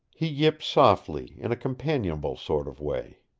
he yipped softly, in a companionable sort of way.